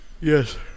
Yes